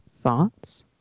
Thoughts